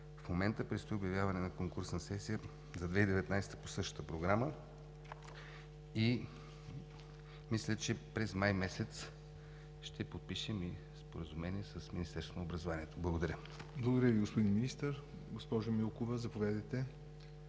В момента предстои обявяване на конкурсна сесия за 2019 г. по същата програма и мисля, че през май месец ще подпишем и споразумение с Министерството на образованието и науката. Благодаря. ПРЕДСЕДАТЕЛ ЯВОР НОТЕВ: Благодаря Ви, господин Министър. Госпожо Милкова, заповядайте,